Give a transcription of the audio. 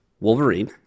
Wolverine